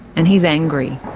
and he's angry.